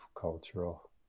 cultural